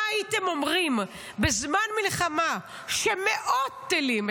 מה הייתם אומרים בזמן מלחמה כשמאות טילים,